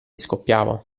scoppiava